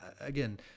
again